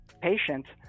patient